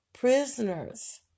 Prisoners